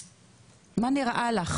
מה נראה לך?